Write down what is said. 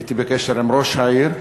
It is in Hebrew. הייתי בקשר עם ראש העיר.